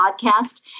podcast